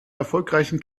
erfolgreichen